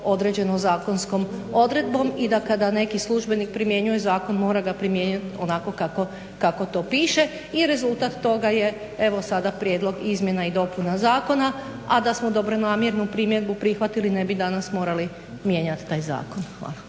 određeno zakonskom odredbom i da kada neki službenik primjenjuje zakon mora ga primijeniti onako kako to piše i rezultat toga je evo sada prijedlog izmjena i dopuna zakona, a da smo dobronamjernu primjedbu prihvatili ne bi danas morali mijenjati taj zakon. Hvala.